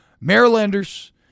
Marylanders